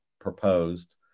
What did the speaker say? proposed